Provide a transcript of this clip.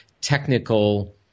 technical